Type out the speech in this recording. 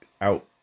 out